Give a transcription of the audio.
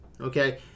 okay